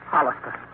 Hollister